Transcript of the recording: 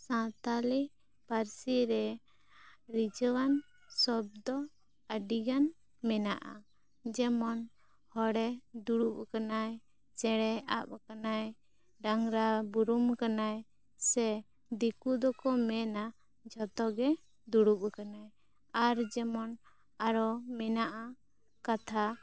ᱥᱟᱱᱛᱟᱲᱤ ᱯᱟ ᱨᱥᱤ ᱨᱮ ᱨᱤᱡᱟ ᱣᱟᱱ ᱥᱚᱵᱫᱚ ᱟᱹᱰᱤ ᱜᱟᱱ ᱢᱮᱱᱟᱜᱼᱟ ᱡᱮᱢᱚᱱ ᱦᱚᱬᱮ ᱫᱩᱲᱩᱵ ᱟᱠᱟᱱᱟᱭ ᱪᱮᱬᱮ ᱟᱵ ᱟᱠᱟᱱᱟᱭ ᱰᱟᱝᱨᱟ ᱵᱩᱨᱩᱢ ᱠᱟᱱᱟᱭ ᱥᱮ ᱫᱤᱠᱩ ᱫᱚᱠᱚ ᱢᱮᱱᱟ ᱡᱷᱚᱛᱚ ᱜᱮ ᱫᱩᱲᱩᱵ ᱠᱟᱱᱟᱭ ᱟᱨ ᱡᱮᱢᱚᱱ ᱟᱨᱚ ᱢᱮᱱᱟᱜᱼᱟ ᱠᱟᱛᱷᱟ